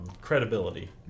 Credibility